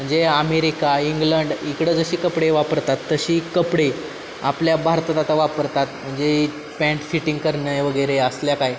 म्हणजे America England इकडं जशी कपडे वापरतात तशी कपडे आपल्या भारतात आता वापरतात म्हणजे पॅन्ट फिटिंग करणे वगैरे असल्या काय